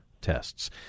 tests